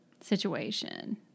situation